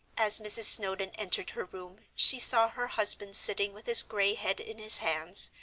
as mrs. snowdon entered her room, she saw her husband sitting with his gray head in his hands,